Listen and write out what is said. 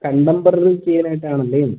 contemporary ചെയ്യാനായിട്ടാണല്ലേ എന്ന്